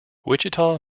wichita